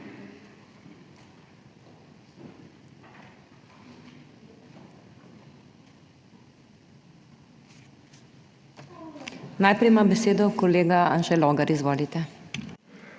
Najprej ima besedo kolega Anže Logar, izvolite.